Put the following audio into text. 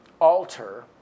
alter